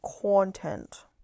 content